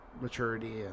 maturity